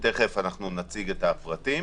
שתכף נציג את הפרטים